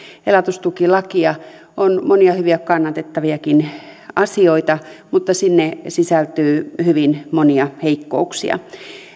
elatustukilakia on monia hyviä kannatettaviakin asioita mutta sinne sisältyy hyvin monia heikkouksia